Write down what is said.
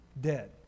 dead